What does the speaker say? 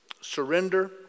surrender